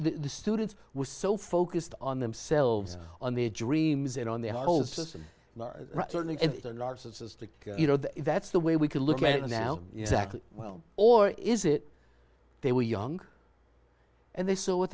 the students were so focused on themselves on their dreams and on the whole system certainly cystic you know that that's the way we can look at it now exactly well or is it they were young and they saw what